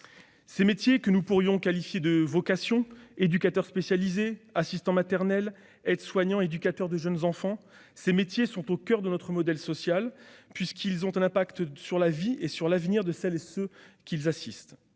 Ces métiers, que nous pourrions qualifier de vocations- éducateurs spécialisés, assistants maternels, aides-soignants, éducateurs de jeunes enfants -, sont au coeur de notre modèle social, puisqu'ils ont un impact sur la vie et sur l'avenir de celles et de ceux qu'ils assistent.